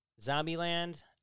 Zombieland